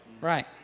Right